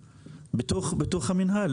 ברשות מקרקעי ישראל מן החברה הערבית,